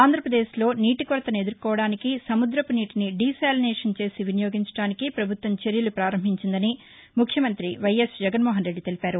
ఆంధ్రాపదేశ్లో నీటి కొరతను ఎదుర్కోవడానికి సముదపు నీటిని దీశాలినేషన్ చేసి వినియోగించడంపై పభుత్వం చర్యలు పారంభించిందని ముఖ్యమంతి వైయస్ జగన్ మోహన్ రెడ్గి తెలిపారు